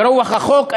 לרוח החוק,